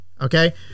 Okay